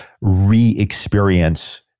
re-experience